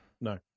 No